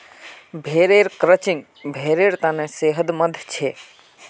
भेड़ेर क्रचिंग भेड़ेर तने सेहतमंद छे